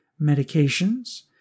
medications